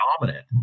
dominant